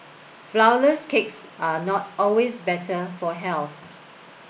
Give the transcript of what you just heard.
flour less cakes are not always better for health